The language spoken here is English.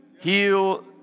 Heal